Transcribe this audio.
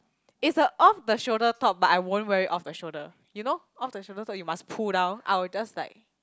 it's a off the shoulder top but I won't wear it off the shoulder you know off the shoulder you must pull down I will just like